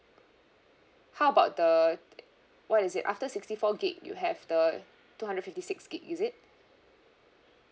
how about the what is it after sixty four gig you have the two hundred fifty six gig is it